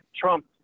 Trump